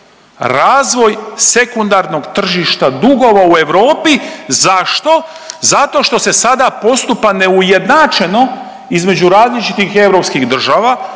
Razvoj sekundarnog tržišta dugova u Europi. Zašto? Zato što se sada postupa neujednačno između različitih europskih država,